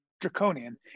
draconian